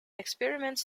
experiments